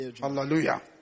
Hallelujah